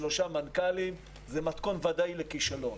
שלושה מנכ"לים זה מתכון ודאי לכישלון.